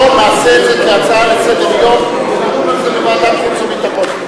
בוא נעשה את זה כהצעה לסדר-היום ונדון על זה בוועדת החוץ והביטחון.